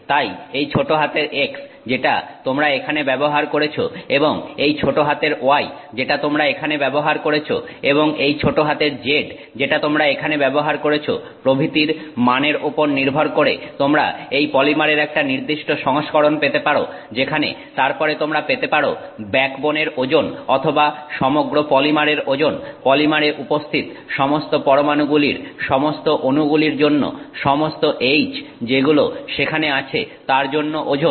তাই এই ছোট হাতের x যেটা তোমরা এখানে ব্যবহার করেছ এবং এই ছোট হাতের y যেটা তোমরা এখানে ব্যবহার করেছ এবং এই ছোট হাতের z যেটা তোমরা এখানে ব্যবহার করেছ প্রভৃতির মানের উপর নির্ভর করে তোমরা এই পলিমারের একটা নির্দিষ্ট সংস্করণ পেতে পারো যেখানে তারপরে তোমরা পেতে পারো ব্যাকবোনের ওজন অথবা সমগ্র পলিমারের ওজন পলিমারে উপস্থিত সমস্ত পরমাণুগুলির সমস্ত অণুগুলির জন্য সমস্ত H যেগুলো সেখানে আছে তার জন্য ওজন